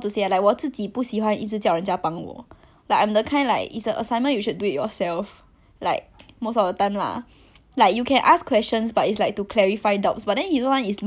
to say like 我自己不喜欢一直叫人家帮我 like I'm the kind like it's a assignment you should do it yourself like most of the time lah like you can ask questions but it's like to clarify doubts but then he [one] is more like he's asking me for the content already so I'm like then I got very tilted lah then I tell him that I don't like it lah then I think he got very stressed